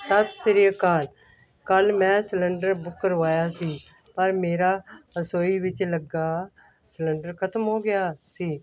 ਸਤਿ ਸ਼੍ਰੀ ਅਕਾਲ ਕੱਲ੍ਹ ਮੈਂ ਸਿਲੰਡਰ ਬੁੱਕ ਕਰਵਾਇਆ ਸੀ ਪਰ ਮੇਰਾ ਰਸੋਈ ਵਿੱਚ ਲੱਗਾ ਸਿਲੰਡਰ ਖਤਮ ਹੋ ਗਿਆ ਸੀ